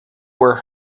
were